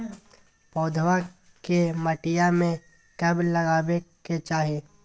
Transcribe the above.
पौधवा के मटिया में कब लगाबे के चाही?